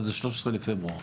עד ה-13 בפברואר.